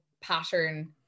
pattern